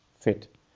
fit